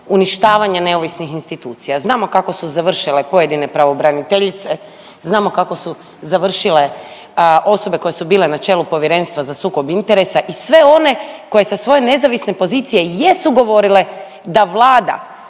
uništavanje neovisnih institucija. Znamo kako su završile pojedine pravobraniteljice, znamo kako su završile osobe koje su bile na čelu Povjerenstva za sukob interesa i sve one koje sa svoje nezavisne pozicije jesu govorile da Vlada